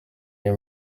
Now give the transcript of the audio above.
iyi